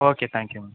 okay thank ma'am